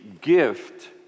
gift